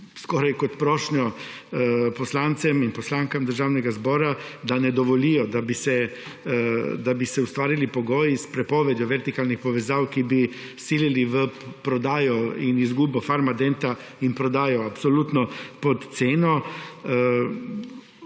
skoraj kot prošnjo poslancem in poslankam Državnega zbora, da ne dovolijo, da bi se s prepovedjo vertikalnih povezav ustvarili pogoji, ki bi silili v prodajo in izgubo Farmadenta in prodajo absolutno pod ceno.